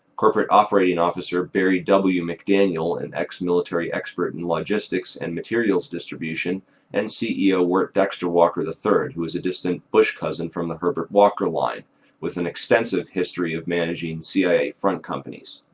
corporate operating officer barry w. mcdaniel and ex-military expert in logistics and materials distribution and ceo wirt dexter walker the third who was a distant bush cousin from from the herbert walker line with an extensive history of managing cia front companies.